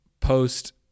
post